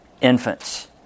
infants